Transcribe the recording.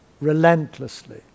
relentlessly